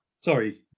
Sorry